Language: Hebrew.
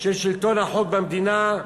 של שלטון החוק במדינה,